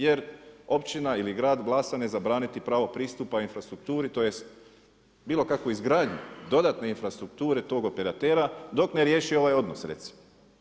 Jer općina ili grad … je zabraniti pravo pristupa infrastrukturi tj. bilo kakvoj izgradnji dodatne infrastrukture tog operatera dok ne riješi ovaj odnos recimo.